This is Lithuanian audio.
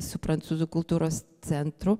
su prancūzų kultūros centru